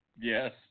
Yes